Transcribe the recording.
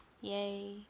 Yay